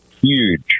huge